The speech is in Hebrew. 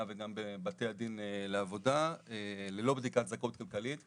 וגם בבתי הדין לעבודה ללא בדיקת זכאות כלכלית,